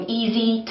easy